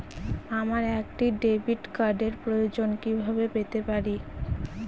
আমার একটা ডেবিট কার্ডের প্রয়োজন কিভাবে পেতে পারি?